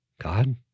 God